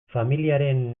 familiaren